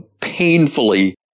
painfully